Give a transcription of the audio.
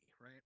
right